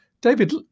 David